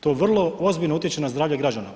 To vrlo ozbiljno utječe na zdravlje građana.